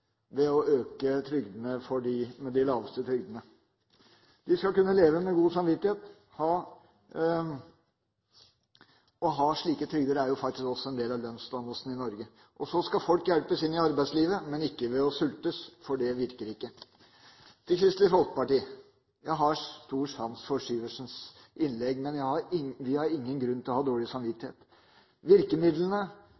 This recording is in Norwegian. ved å øke trygdene for dem med de laveste trygdene. De skal kunne leve med god samvittighet. Det å ha slike trygder er faktisk også en del av lønnsdannelsen i Norge. Så skal folk hjelpes inn i arbeidslivet, men ikke ved å sultes, for det virker ikke. Til Kristelig Folkeparti: Jeg har stor sans for Syversens innlegg, men vi har ingen grunn til å ha dårlig